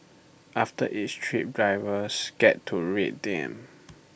after each trip drivers get to rate them